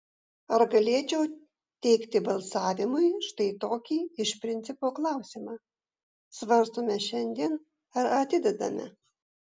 ar galėčiau teikti balsavimui štai tokį iš principo klausimą svarstome šiandien ar atidedame